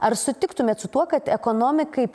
ar sutiktumėt su tuo kad ekonomikai